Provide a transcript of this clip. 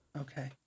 Okay